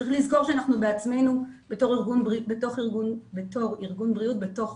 צריך לזכור שאנחנו בעצמנו בתור ארגון בריאות בתוך